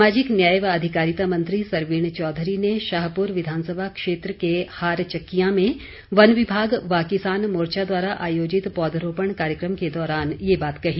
सामाजिक न्याय व अधिकारिता मंत्री सरवीण चौधरी ने शाहपुर विधानसभा क्षेत्र के हारचक्कियां में वन विभाग व किसान मोर्चा द्वारा आयोजित पौधरोपण कार्यक्रम के दौरान ये बात कही